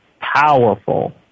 powerful